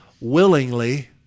willingly